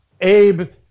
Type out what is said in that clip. Abe